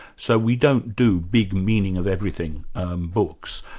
so we don't do big meaning of everything books.